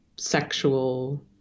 Sexual